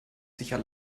sicher